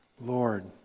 Lord